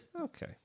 Okay